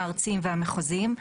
הארציים והמחוזיים.